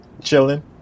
Chilling